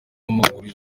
w’amaguru